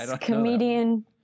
comedian